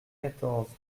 quatorze